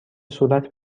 صورت